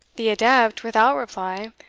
the adept, without reply,